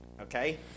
okay